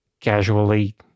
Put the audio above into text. casually